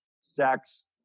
sex